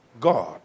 god